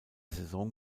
saison